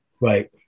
Right